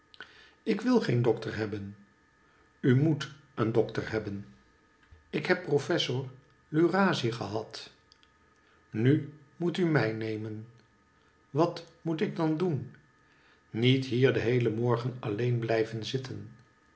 ik wil geen dokter hebben u moet een dokter hebben ik hcb professor lurazzi gehad nu moest u mij nemen wat moet ik dan doen niet hier den heelen morgen alleen bhjven zitten